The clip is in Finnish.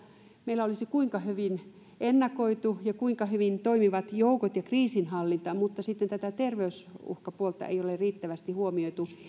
meillä olisi kuinka hyvin ennakoitu ja kuinka hyvin toimivat joukot ja kriisinhallinta niin jos sitten tätä terveysuhkapuolta ei ole riittävästi huomioitu